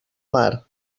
mar